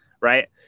right